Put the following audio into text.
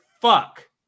fuck